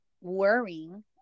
worrying